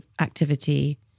activity